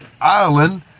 island